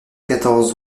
quatorze